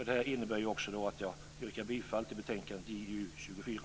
Det innebär också att jag yrkar bifall till hemställan i betänkande JuU24.